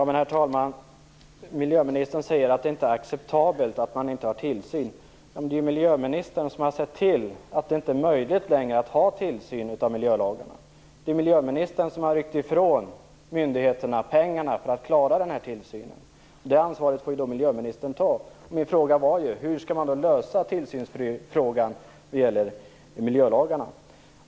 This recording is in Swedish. Herr talman! Miljöministern säger att det inte är acceptabelt att inte ha tillsyn. Men det är miljöministern som har sett till att det inte längre är möjligt att ha tillsyn av miljölagarna. Det är miljöministern som ryckt ifrån myndigheterna pengarna för att klara tillsynen. Det ansvaret får miljöministern ta. Min fråga var: Hur skall man lösa tillsynsfrågan när det gäller miljölagarna?